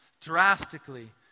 Drastically